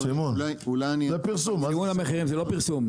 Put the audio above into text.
זה לא פרסום.